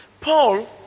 Paul